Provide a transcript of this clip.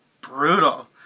brutal